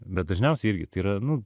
bet dažniausiai irgi yra nu